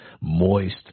moist